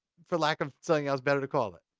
for lack of saying i was better to call it.